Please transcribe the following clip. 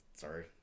Sorry